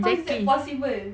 how is that possible